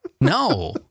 No